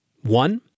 One